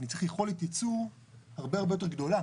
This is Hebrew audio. אני צריך יכולת ייצור הרבה יותר גדולה